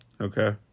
Okay